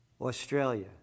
Australia